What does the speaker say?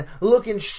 looking